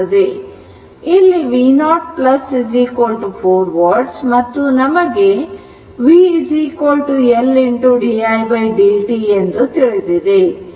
ಇಲ್ಲಿ v0 4 volt ಮತ್ತು ನಮಗೆ v L didt ಎಂದು ತಿಳಿದಿದೆ